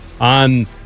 on